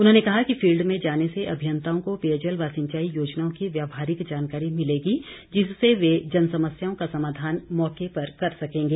उन्होंने कहा कि फील्ड में जाने से अभियंताओं को पेयजल व सिंचाई योजनाओं की व्यवहारिक जानकारी मिलेगी जिससे वे जनसमस्याओं का समाधान मौके पर कर सकेंगे